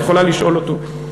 את יכולה לשאול אותו.